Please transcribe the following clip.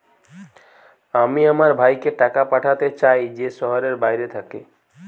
আমি আমার ভাইকে টাকা পাঠাতে চাই যে শহরের বাইরে থাকে